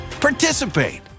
participate